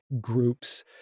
groups